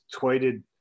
tweeted